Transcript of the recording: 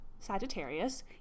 sagittarius